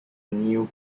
new